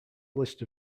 list